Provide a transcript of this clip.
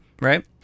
right